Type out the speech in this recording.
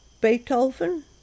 Beethoven